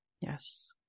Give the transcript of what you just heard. Yes